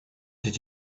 did